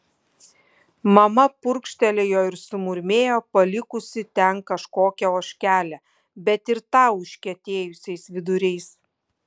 mama purkštelėjo ir sumurmėjo palikusi ten kažkokią ožkelę bet ir tą užkietėjusiais viduriais